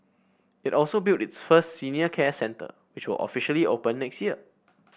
it also built its first senior care centre which were officially open next year